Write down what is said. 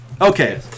Okay